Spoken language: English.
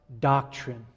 doctrine